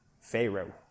Pharaoh